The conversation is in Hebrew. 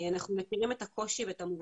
אנחנו מכירים את הקושי ואת המורכבות,